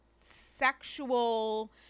sexual